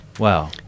wow